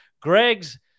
greg's